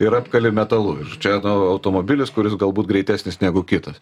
ir apkali metalu ir čia nu automobilis kuris galbūt greitesnis negu kitas